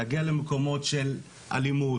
להגיע למקומות של אלימות.